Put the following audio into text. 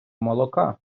молока